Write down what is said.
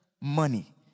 money